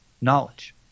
knowledge